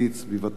סביבתית,